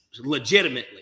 Legitimately